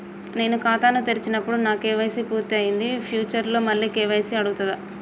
నేను ఖాతాను తెరిచినప్పుడు నా కే.వై.సీ పూర్తి అయ్యింది ఫ్యూచర్ లో మళ్ళీ కే.వై.సీ అడుగుతదా?